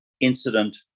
Incident